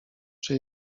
czy